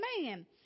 man